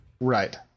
right